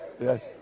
Yes